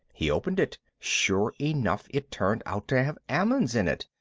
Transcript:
he opened it. sure enough it turned out to have almonds in it.